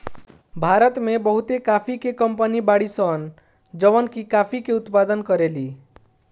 भारत में बहुते काफी के कंपनी बाड़ी सन जवन की काफी के उत्पादन करेली